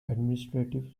administrative